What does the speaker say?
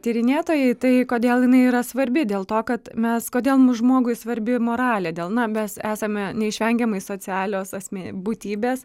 tyrinėtojai tai kodėl jinai yra svarbi dėl to kad mes kodėl mūs žmogui svarbi moralė dėl na mes esame neišvengiamai socialios asmė būtybės